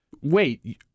Wait